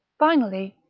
finally,